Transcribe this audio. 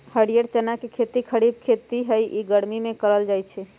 हरीयर चना के खेती खरिफ खेती हइ इ गर्मि में करल जाय छै